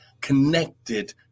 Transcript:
connected